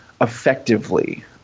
effectively